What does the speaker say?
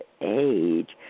Age